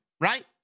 right